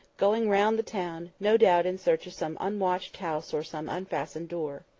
going round the town, no doubt in search of some unwatched house or some unfastened door.